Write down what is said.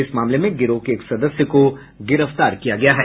इस मामले में गिरोह के एक सदस्य को गिरफ्तार किया गया है